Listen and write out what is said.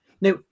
Now